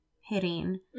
Hitting